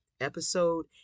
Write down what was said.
episode